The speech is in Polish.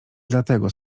dlatego